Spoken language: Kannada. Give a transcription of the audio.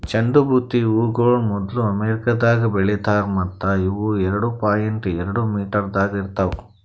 ಚಂಡು ಬುತ್ತಿ ಹೂಗೊಳ್ ಮೊದ್ಲು ಅಮೆರಿಕದಾಗ್ ಬೆಳಿತಾರ್ ಮತ್ತ ಇವು ಎರಡು ಪಾಯಿಂಟ್ ಎರಡು ಮೀಟರದಾಗ್ ಇರ್ತಾವ್